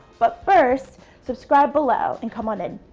but first subscribe below and come on in.